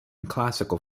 classical